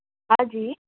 હા જી